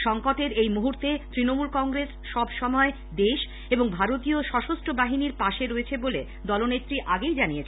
সংকটের এই মুহূর্তে তৃণমূল কংগ্রেস সবসময় দেশ এবং ভারতীয় সশস্ত্র বাহিনীর পাশে রয়েছে বলে দলনেত্রী আগেই জানিয়েছেন